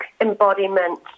embodiment